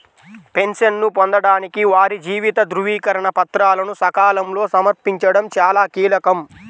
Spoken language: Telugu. పెన్షన్ను పొందడానికి వారి జీవిత ధృవీకరణ పత్రాలను సకాలంలో సమర్పించడం చాలా కీలకం